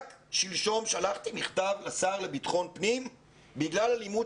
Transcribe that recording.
רק שלשום שלחתי מכתב לשר לביטחון פנים בגלל אלימות